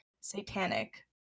satanic